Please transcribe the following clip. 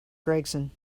gregson